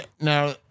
Now